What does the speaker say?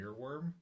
earworm